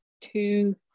two